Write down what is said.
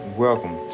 Welcome